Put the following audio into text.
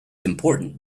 important